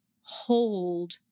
hold